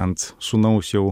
ant sūnaus jau